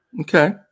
Okay